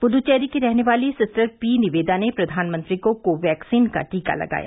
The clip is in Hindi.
पुद्दचेरी की रहने वाली सिस्टर पी निवेदा ने प्रधानमंत्री को को वैक्सीन का टीका लगाया